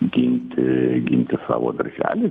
ginti ginti savo darželį